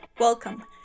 Welcome